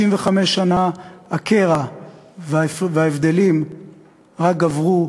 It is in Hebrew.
65 שנה הקרע וההבדלים רק גברו,